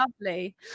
lovely